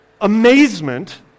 amazement